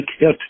hit